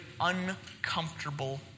uncomfortable